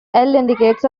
indicates